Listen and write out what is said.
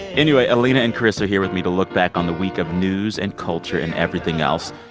anyway, alina and chris are here with me to look back on the week of news and culture and everything else.